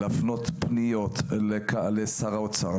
להפנות פניות לשר האוצר,